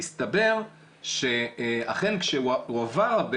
הסתבר שאכן כשהוא הועבר,